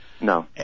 No